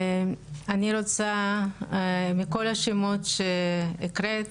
אני רוצה מכל השמות שהקראת,